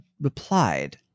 replied